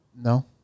No